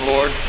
Lord